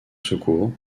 secours